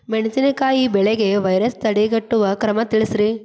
ಮೆಣಸಿನಕಾಯಿ ಬೆಳೆಗೆ ವೈರಸ್ ತಡೆಗಟ್ಟುವ ಕ್ರಮ ತಿಳಸ್ರಿ